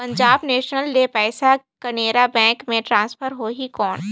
Punjab national ले पइसा Canara bank मे ट्रांसफर होहि कौन?